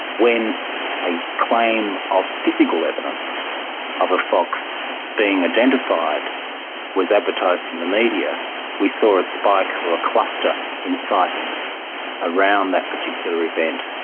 when a claim of physical evidence of a fox being identified was advertised in the media we saw a spike or a cluster in sightings around that particular event.